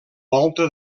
volta